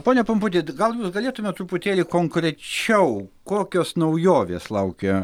pone pumputi gal jūs galėtumėt truputėlį konkrečiau kokios naujovės laukia